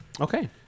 Okay